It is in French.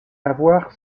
avoir